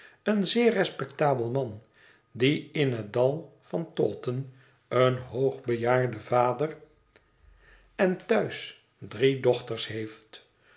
een zeer respectabel man die in het dal van taunton een hoogbejaarden vader en thuis drie dochters heeft